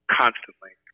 constantly